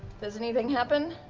does anything happen?